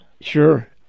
Sure